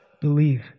Believe